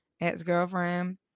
ex-girlfriend